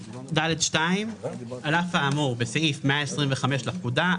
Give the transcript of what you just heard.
(ד2)על אף האמור בסעיף 125ב לפקודה,